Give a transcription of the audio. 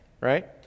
right